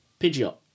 Pidgeot